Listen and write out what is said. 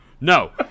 No